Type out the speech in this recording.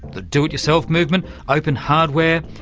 the do-it-yourself movement, open hardware.